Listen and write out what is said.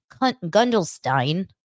Gundelstein